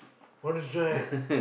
want us try